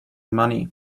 money